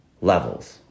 levels